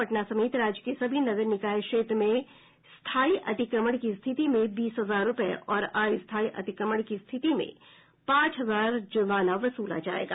पटना समेत राज्य के सभी नगर निकाय क्षेत्र में स्थायी अतिक्रमण की स्थिति में बीस हजार रूपये और अस्थायी अतिक्रमण की स्थिति में पांच हजार जुर्माना वसूला जायेगा